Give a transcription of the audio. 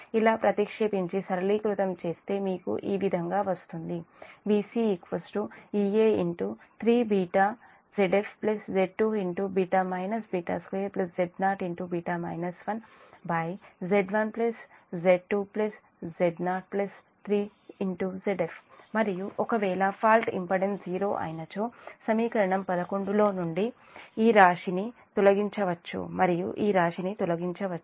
ఇలా ప్రతిక్షేపించి సరళీకృతం చేస్తే మీకు ఈ విధంగా వస్తుంది Vc Ea 3ZfZ2β β2Z0β 1Z1Z2Z03Zf మరియు ఒకవేళ ఫాల్ట్ ఇంపిడెన్స్ 0 అయినచో సమీకరణం 11 లో నుండి ఈ రాశి ని తొలగించొచ్చు మరియు ఈ రాశి ని తొలగించొచ్చు